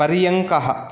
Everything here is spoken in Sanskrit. पर्यङ्कः